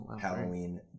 Halloween